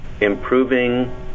improving